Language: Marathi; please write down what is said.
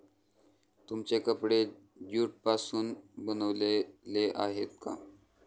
तुमचे कपडे ज्यूट पासून बनलेले आहेत का?